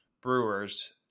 brewers